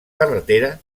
carretera